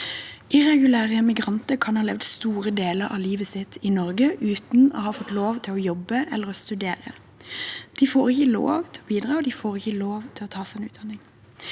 Irregulære migranter kan ha levd store deler av livet sitt i Norge uten å ha fått lov til å jobbe eller studere. De får ikke lov til å bidra, de får ikke lov til å ta utdanning,